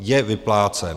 Je vyplácen.